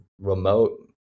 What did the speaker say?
remote